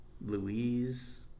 Louise